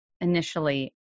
initially